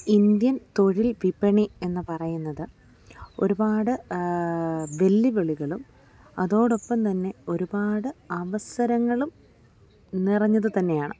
Indian തൊഴിൽ വിപണി എന്നു പറയുന്നത് ഒരുപാട് വെല്ലുവിളികളും അതോടൊപ്പം തന്നെ ഒരുപാട് അവസരങ്ങളും നിറഞ്ഞതു തന്നെയാണ്